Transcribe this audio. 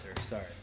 Sorry